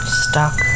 stuck